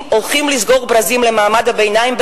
אם הולכים לסגור ברזים למעמד הביניים,